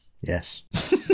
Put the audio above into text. yes